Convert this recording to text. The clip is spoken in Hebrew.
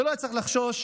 לא יצטרך לחשוש.